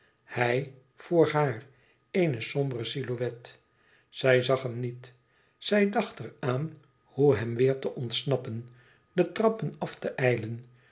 hij vr haar eene sombere silhouet zij zag hem niet zij dacht er aan hoe hem weêr te ontsnappen de trappen af te